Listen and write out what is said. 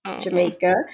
Jamaica